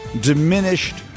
diminished